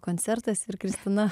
koncertas ir kristina